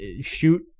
shoot